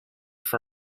for